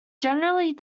generally